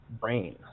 brain